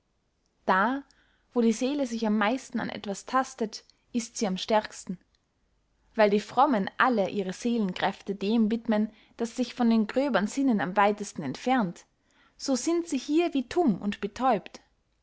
da wo die seele sich am meisten an etwas tastet ist sie am stärksten weil die frommen alle ihre seelenkräfte dem widmen das sich von den gröbern sinnen am weitesten entfernt so sind sie hier wie tumm und betäubt